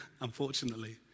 unfortunately